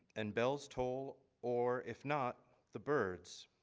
and bells toll or if not the birds,